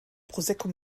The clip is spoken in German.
prosecco